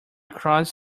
cross